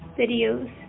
videos